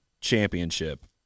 championship